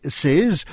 says